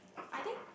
I think